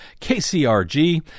KCRG